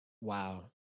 Wow